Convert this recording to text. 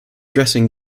dressing